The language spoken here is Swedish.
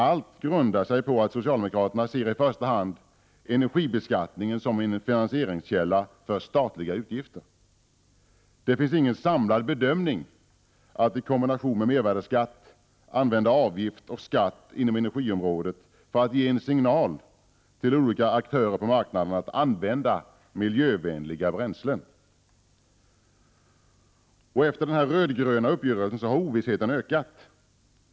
Allt grundar sig på att socialdemokraterna i första hand ser energibeskattningen som en finansieringskälla för statliga utgifter. Det finns ingen samlad bedömning att i kombination med mervärdesskatt använda avgift och skatt inom energiområdet för att ge en signal till olika aktörer på marknaden att använda miljövänliga bränslen. Efter den röd-gröna uppgörelsen har ovissheten ökat.